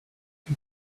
you